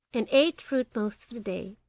and ate fruit most of the day,